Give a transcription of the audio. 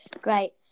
great